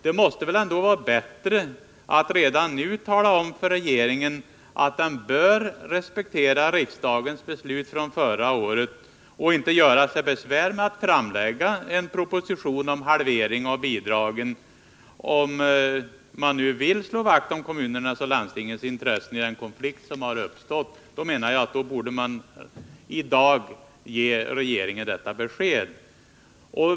Det måste väl ändå vara bättre att redan nu tala om för regeringen att den bör respektera riksdagens beslut från förra året och inte göra sig besvär med att framlägga en proposition om halvering av bidragen. Om man vill slå vakt om kommunernas och landstingens intressen i den konflikt som har uppstått, så bör regeringen få ett besked i dag.